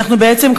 בעצם,